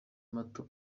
mato